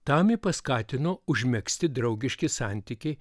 tam jį paskatino užmegzti draugiški santykiai